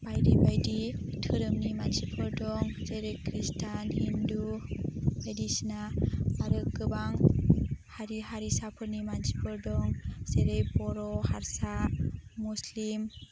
बायदि बायदि धोरोमनि मानसिफोर दं जेरै खृष्टान हिन्दु बायदिसिना आरो गोबां हारि हारिसाफोरनि मानसिफोर दं जेरै बर' हारसा मुस्लिम